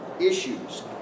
issues